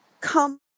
come